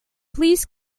please